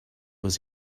was